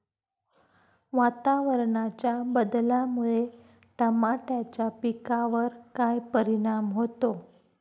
वातावरणाच्या बदलामुळे टमाट्याच्या पिकावर काय परिणाम होतो?